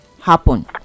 happen